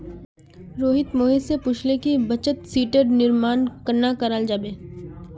रोहित मोहित स पूछले कि बचत शीटेर निर्माण कन्ना कराल जाबे